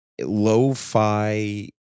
lo-fi